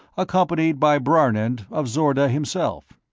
accompanied by brarnend of zorda himself.